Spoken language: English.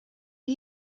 are